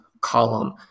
column